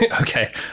Okay